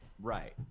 right